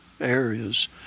areas